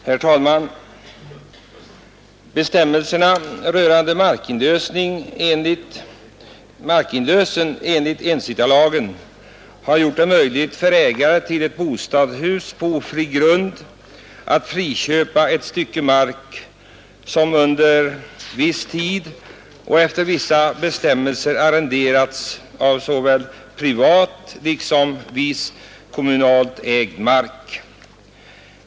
Herr talman! Bestämmelserna rörande markinlösen enligt ensittarlagen har gjort det möjligt för ägaren till ett bostadshus på ofri grund att friköpa ett stycke mark som under viss tid och efter vissa bestämmelser arrenderats på såväl privat som viss kommunalt ägd mark.